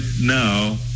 now